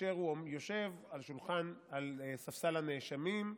כאשר הוא יושב על ספסל הנאשמים,